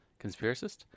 Conspiracist